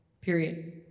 period